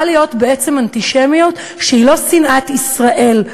להיות בעצם אנטישמיות שהיא לא שנאת ישראל,